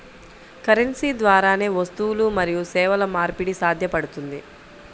currency ద్వారానే వస్తువులు మరియు సేవల మార్పిడి సాధ్యపడుతుంది